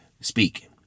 speak